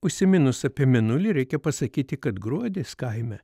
užsiminus apie mėnulį reikia pasakyti kad gruodis kaime